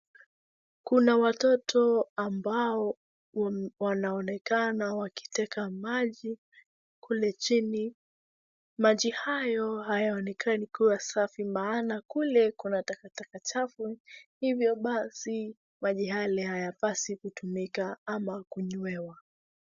Kuna watoto ambao wanaonekana wakiteka maji kule chini. Maji hayo hayonekani kuwa safi, maana kule kuna takataka chafu, hivyo basi maji yale hayapaswi kutumika, ama kunywewa.